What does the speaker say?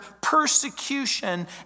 persecution